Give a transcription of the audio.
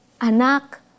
Anak